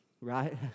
Right